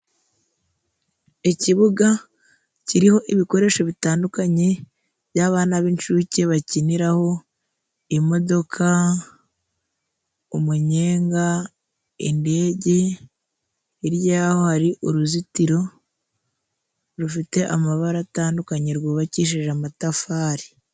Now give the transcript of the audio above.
Ikibuga kiriho ibikoresho bitandukanye by'abana b'incuke bakiniraho: imodoka, umunyenga, indege. Hirya yaho, hari uruzitiro rufite amabara atandukanye, rwubakishije amatafari.